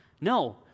no